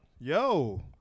Yo